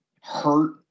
hurt